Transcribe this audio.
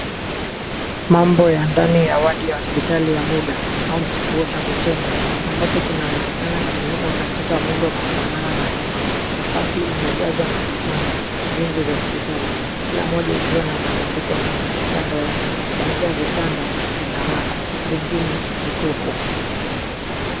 Mambo ya ndani ya wadi ya hospitali ya muda au kituo cha kutengwa, ambacho kinawezekana kimewekwa katika muundo unaofanana na hema. Nafasi imejazwa na vitanda vingi vya hospitali, kila moja ikiwa na matandiko na kiti kando yake. Baadhi ya vitanda vina watu, vingine ni tupu.